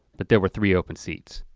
but there were three open seats.